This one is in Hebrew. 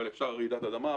אבל אפשר רעידת אדמה,